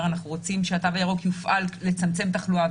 אנחנו רוצים שהתו הירוק יופעל לצמצם תחלואה,